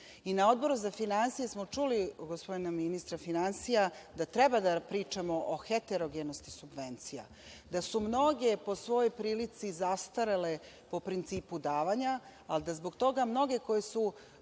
Odboru za finansije smo čuli gospodina ministra finansija da treba da pričamo o heterogenosti subvencija, da su mnoge, po svoj prilici, zastarele po principu davanja, ali da zbog toga mnoge koje idu